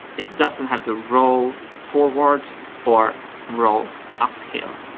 it doesn't have to roll forward or roll uphill.